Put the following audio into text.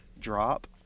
drop